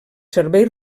serveis